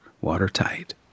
watertight